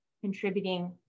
contributing